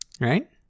right